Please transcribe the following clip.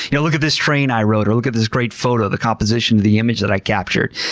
yeah look at this train i rode, or look at this great photo, the composition of the image that i captured.